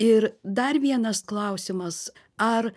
ir dar vienas klausimas ar